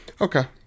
Okay